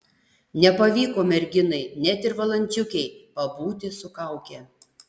nepavyko merginai net ir valandžiukei pabūti su kauke